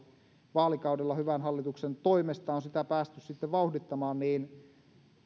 vaalikaudella hyvän hallituksen toimesta on sitä päästy sitten vauhdittamaan